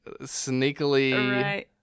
sneakily